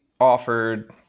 offered